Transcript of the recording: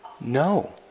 No